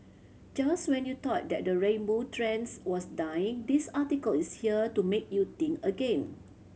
just when you thought that the rainbow trend was dying this article is here to make you think again